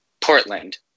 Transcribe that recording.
Portland